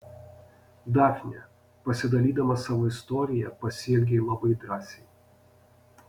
dafne pasidalydama savo istorija pasielgei labai drąsiai